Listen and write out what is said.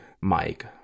Mike